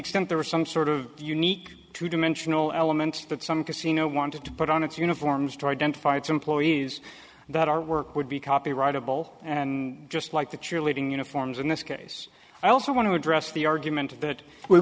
extent there was some sort of unique two dimensional elements that some casino wanted to put on its uniforms to identify its employees that our work would be copyrightable and just like the cheerleading uniforms in this case i also want to address the argument that w